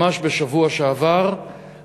ממש בשבוע שעבר,